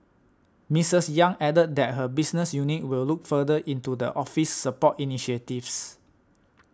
Misters Yang added that her business unit will look further into the Office's support initiatives